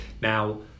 Now